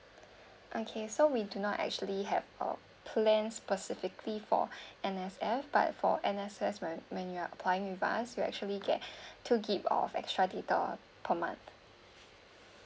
okay so we do not actually have a plan specifically for N_S_F but for N_S_F when when you're applying with us you actually get to two GB of extra data per month